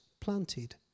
planted